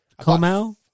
Como